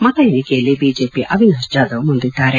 ಮತ ಎಣಿಕೆಯಲ್ಲಿ ಬಿಜೆಪಿಯ ಅವಿನಾಶ್ ಜಾಧವ್ ಮುಂದಿದ್ದಾರೆ